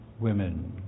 women